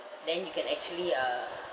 then you can actually uh